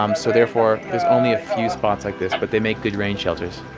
um so therefore there's only a few spots like this, but they make good rain shelters.